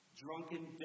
drunken